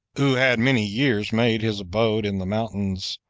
who had many years made his abode in the mountains,